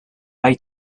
lied